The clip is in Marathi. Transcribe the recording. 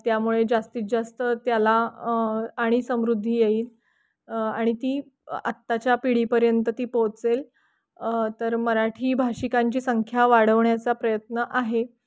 त्यामुळे जास्तीत जास्त त्याला आणि समृद्धी येईल आणि ती आत्ताच्या पिढीपर्यंत ती पोहचेल तर मराठी भाषिकांची संख्या वाढवण्याचा प्रयत्न आहे